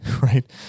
Right